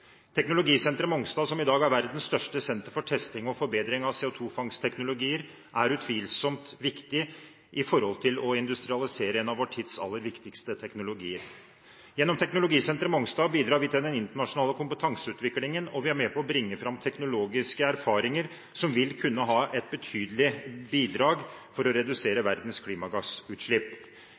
Teknologisenteret på Mongstad, som i dag er verdens største senter for testing og forbedring av CO2-fangstteknologier, er utvilsomt viktig for å industrialisere en av vår tids aller viktigste teknologier. Gjennom teknologisenteret på Mongstad bidrar vi til den internasjonale kompetanseutviklingen, og vi er med på å bringe fram teknologiske erfaringer som vil kunne være et betydelig bidrag for å redusere verdens klimagassutslipp.